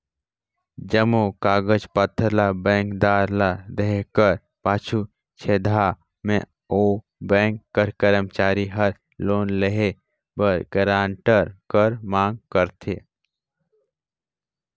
जम्मो कागज पाथर ल बेंकदार ल देहे कर पाछू छेदहा में ओ बेंक कर करमचारी हर लोन लेहे बर गारंटर कर मांग करथे